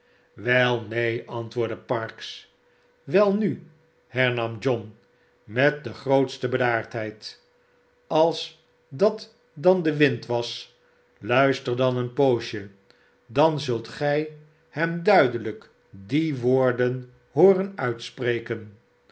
wel neen antwoordde parkes welnu hernam john met de grootste bedaardheid als dat dan de wind was luister dan een poosje dan zult gij hem duidelijk die woorden hooren uitspreken